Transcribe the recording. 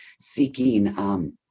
seeking